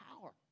power